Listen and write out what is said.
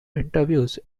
interviews